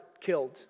killed